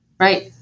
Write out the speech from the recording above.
Right